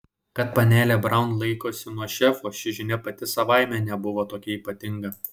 kad panelė braun laukiasi nuo šefo ši žinia pati savaime nebuvo tokia ypatinga